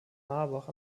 marbach